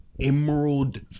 emerald